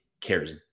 cares